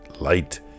light